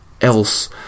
else